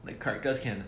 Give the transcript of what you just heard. like characters can